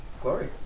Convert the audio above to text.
Glory